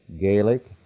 Gaelic